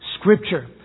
Scripture